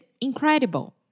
incredible